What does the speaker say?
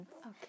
Okay